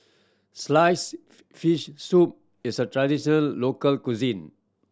slice fish soup is a traditional local cuisine